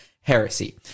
heresy